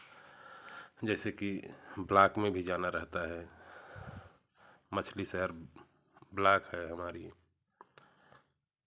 जैसे कि ब्लॉक में भी जाना रहता है मछली शहर ब्लॉक है हमारी